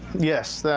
yes,